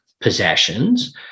possessions